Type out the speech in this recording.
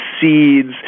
seeds